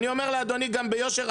ואני אומר לאדוני גם ביושר,